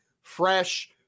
fresh